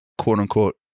quote-unquote